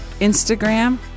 Instagram